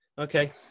Okay